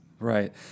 Right